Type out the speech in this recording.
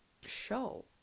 show